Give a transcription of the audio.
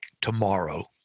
tomorrow